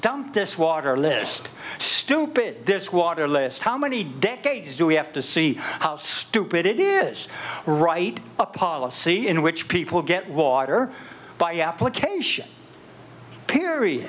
dump this water list stupid this water list how many decades do we have to see how stupid it is write a policy in which people get water by application p